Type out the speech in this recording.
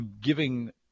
giving